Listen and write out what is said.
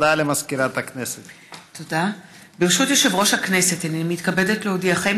הינני מתכבדת להודיעכם,